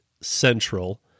Central